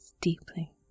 deeply